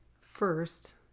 First